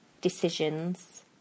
decisions